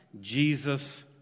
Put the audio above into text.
Jesus